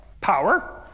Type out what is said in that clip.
power